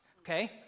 okay